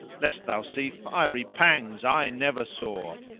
lest thou see fiery pangs eye never saw